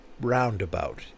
Roundabout